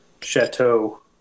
chateau